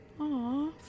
Aw